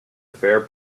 fair